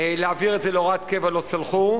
להעביר את זה להוראת קבע לא צלחו,